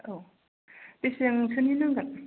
औ बेसेबांसोनि नांगोन